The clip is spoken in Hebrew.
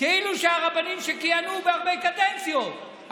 כאילו שהרבנים שכיהנו בהרבה קדנציות,